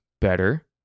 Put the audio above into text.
better